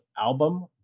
album